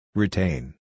Retain